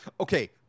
Okay